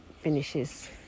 finishes